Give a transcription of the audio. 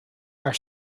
are